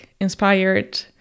inspired